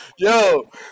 Yo